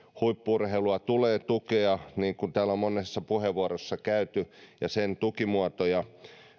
huippu urheilua tulee tukea niin kuin täällä on monessa puheenvuorossa käyty ja sen tukimuotoja